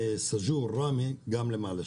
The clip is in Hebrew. ומסג'ור-ראמי גם למעלה.